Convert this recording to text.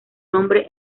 nombre